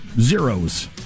zeros